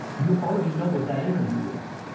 you already know what that interview is.